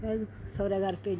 सोह्रे घर भेजी